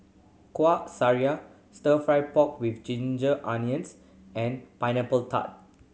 kuah sariya Stir Fry pork with ginger onions and Pineapple Tart